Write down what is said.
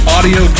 Audio